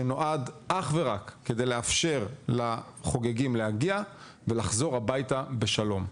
שנועד אך ורק כדי לאפשר לחוגגים להגיע ולחזור הביתה בשלום.